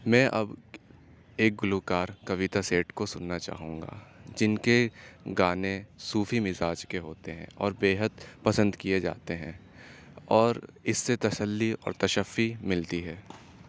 میں اب ایک گلوکار کویتا سیٹھ کو سننا چاہوں گا جن کے گانے صوفی مزاج کے ہوتے ہیں اور بےحد پسند کیے جاتے ہیں اور اس سے تسلی اور تشفی ملتی ہے